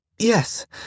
Yes